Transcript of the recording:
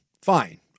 fine